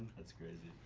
that's crazy.